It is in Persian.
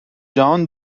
جهان